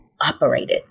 operated